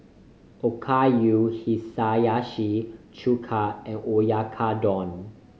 Okayu Hiyashi Chuka and Oyakodon